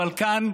אבל כאן,